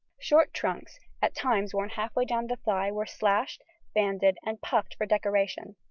short trunks at times worn half-way down the thigh were slashed, banded, and puffed for decoration.